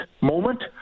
moment